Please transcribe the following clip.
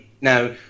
Now